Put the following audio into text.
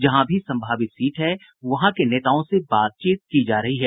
जहां भी संभावित सीट है वहां के नेताओं से बातचीत की जा रही है